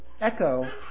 echo